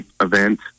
event